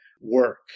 work